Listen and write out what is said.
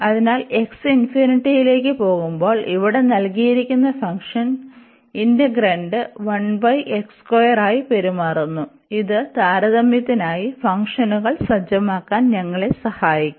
അതിനാൽ x ലേക്ക് പോകുമ്പോൾ ഇവിടെ നൽകിയിരിക്കുന്ന ഫംഗ്ഷൻ ഇന്റഗ്രാന്റ് ആയി പെരുമാറുന്നു ഇത് താരതമ്യത്തിനായി ഫംഗ്ഷനുകൾ സജ്ജമാക്കാൻ ഞങ്ങളെ സഹായിക്കും